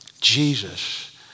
Jesus